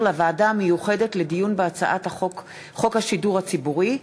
לוועדה המיוחדת לדיון בהצעת חוק השידור הציבורי,